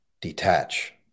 detach